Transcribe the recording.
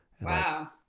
Wow